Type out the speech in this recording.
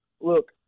look